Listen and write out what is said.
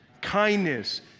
kindness